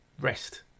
rest